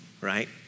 right